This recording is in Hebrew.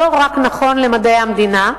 זה נכון לא רק למדעי המדינה,